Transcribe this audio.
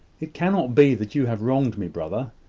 it cannot be that you have wronged me, brother.